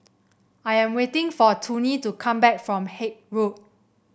I am waiting for Toney to come back from Haig Road